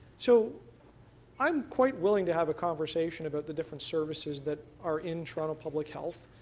so i'm quite willing to have a conversation about the different services that are in toronto public health.